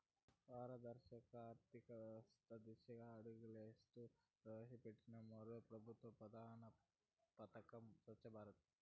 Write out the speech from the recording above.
పారదర్శక ఆర్థికవ్యవస్త దిశగా అడుగులేస్తూ ప్రవేశపెట్టిన మరో పెబుత్వ ప్రధాన పదకం స్వచ్ఛ భారత్